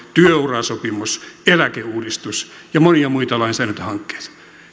työurasopimus eläkeuudistus ja monia muita lainsäädäntöhankkeita